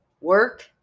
work